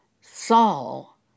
Saul